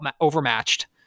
overmatched